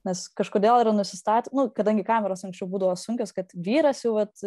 nes kažkodėl yra nusistatymų nu kadangi kameros anksčiau būdavo sunkios kad vyras jau vat